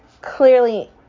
clearly